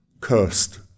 cursed